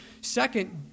Second